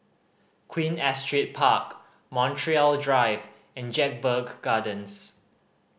Queen Astrid Park Montreal Drive and Jedburgh Gardens